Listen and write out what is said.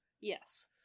Yes